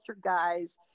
guys